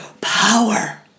power